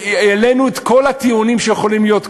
העלינו את כל הטיעונים שיכולים להיות,